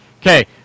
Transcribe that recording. Okay